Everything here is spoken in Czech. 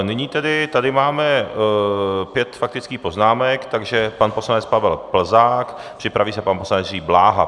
Nyní tedy tady máme pět faktických poznámek, takže pan poslanec Pavel Plzák, připraví se pan poslanec Jiří Bláha.